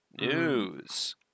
news